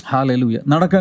Hallelujah